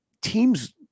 teams